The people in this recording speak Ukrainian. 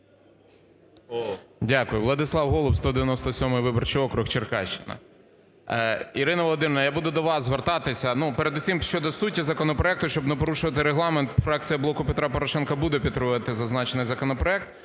Дякую. Владислав Голуб, 197 виборчий округ, Черкащина. Ірино Володимирівно, я буду до вас звертатися. Ну, передусім, щодо суті законопроекту, щоб не порушувати Регламент, фракція "Блоку Петра Порошенка" буде підтримувати зазначений законопроект.